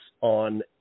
on